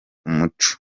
umuco